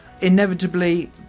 inevitably